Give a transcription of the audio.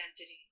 identity